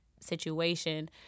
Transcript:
situation